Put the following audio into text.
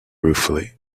ruefully